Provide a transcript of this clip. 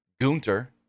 Gunter